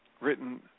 written